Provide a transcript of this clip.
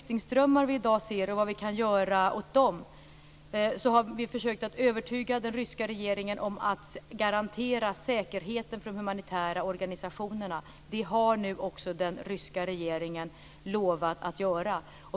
När det gäller vad vi kan göra åt de flyktingströmmar som vi ser i dag har vi försökt övertyga den ryska regeringen om att man ska garantera säkerheten för de humanitära organisationerna. Det har nu också den ryska regeringen lovat att göra.